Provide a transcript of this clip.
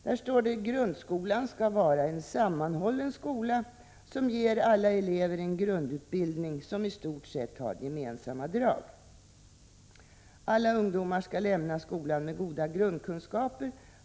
Där står: ”Grundskolan skall vara en sammanhållen skola som ger alla elever en grundutbildning som i stort sett har gemensamma drag. Alla ungdomar skall lämna skolan med goda grundkunskaper.